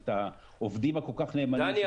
את העובדים הכול-כך נאמנים של דואר ישראל.